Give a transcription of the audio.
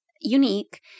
unique